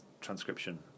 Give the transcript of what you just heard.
transcription